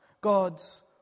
God's